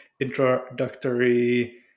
introductory